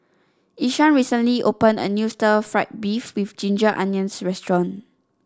Ishaan recently opened a new Stir Fried Beef with Ginger Onions restaurant